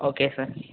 okay sir